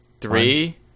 Three